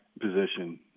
position